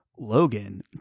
Logan